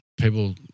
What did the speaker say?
people